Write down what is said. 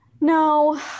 no